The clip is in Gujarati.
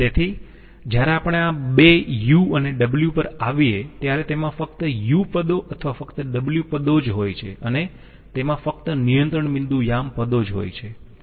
તેથી જ્યારે આપણે આ બે U અને w પર આવીએ ત્યારે તેમાં ફક્ત U પદો અથવા ફક્ત w પદો જ હોય છે અને તેમાં ફક્ત નિયંત્રણ બિંદુ યામ પદો જ હોય છે